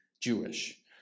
Jewish